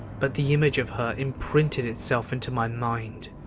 but the image of her imprinted itself into my mind.